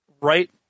right